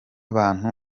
bantu